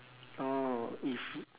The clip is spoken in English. orh if